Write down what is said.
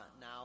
now